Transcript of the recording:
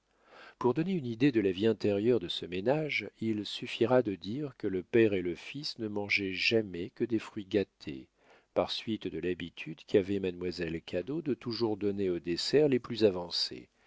pour donner une idée de la vie intérieure de ce ménage il suffira de dire que le père et le fils ne mangeaient jamais que des fruits gâtés par suite de l'habitude qu'avait mademoiselle cadot de toujours donner au dessert les plus avancés